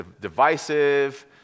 divisive